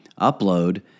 upload